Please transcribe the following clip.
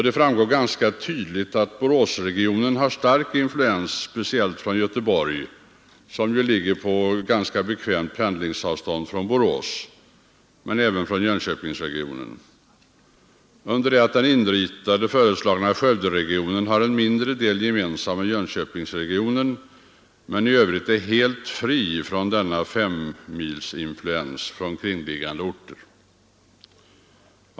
Det framgår ganska tydligt att Boråsregionen har stark influens speciellt från Göteborg, som ju ligger på ganska bekvämt pendlingsavstånd från Borås, men även från Jönköpingsregionen. Den inritade föreslagna Skövderegionen har en mindre del gemensam med Jönköpingsregionen men är i övrigt helt fri från denna ”femmilsinfluens” från kringliggande orter.